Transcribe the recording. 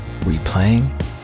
Replaying